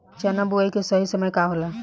चना बुआई के सही समय का होला?